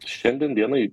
šiandien dienai